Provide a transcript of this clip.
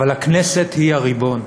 אבל הכנסת היא הריבון,